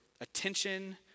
attention